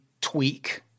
tweak